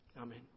Amen